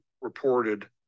reported